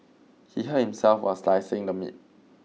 he hurt himself while slicing the meat